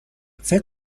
فکر